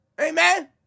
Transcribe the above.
Amen